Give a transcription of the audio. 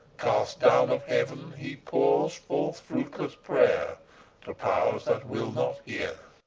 cast down of heaven, he pours forth fruitless prayer to powers that will not hear.